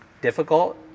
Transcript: difficult